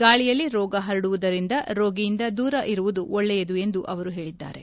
ಗಾಳಿಯಲ್ಲಿ ರೋಗ ಪರಡುವುದರಿಂದ ರೋಗಿಯಿಂದ ದೂರ ಇರುವುದು ಒಳ್ಳೆಯದು ಎಂದು ಅವರು ಹೇಳಿದರು